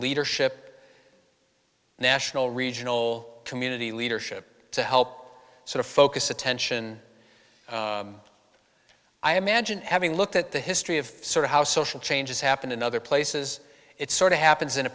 leadership national regional community leadership to help sort of focus attention i imagine having looked at the history of sort of how social changes happen in other places it's sort of happens in a